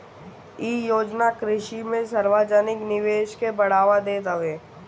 इ योजना कृषि में सार्वजानिक निवेश के बढ़ावा देत हवे